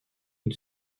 une